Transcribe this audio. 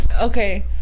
Okay